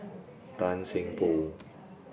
Tan Seng Poh